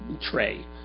tray